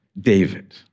David